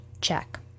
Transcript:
check